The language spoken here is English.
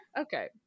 Okay